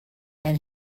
and